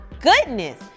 goodness